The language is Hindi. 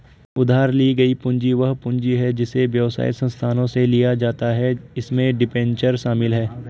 उधार ली गई पूंजी वह पूंजी है जिसे व्यवसाय संस्थानों से लिया जाता है इसमें डिबेंचर शामिल हैं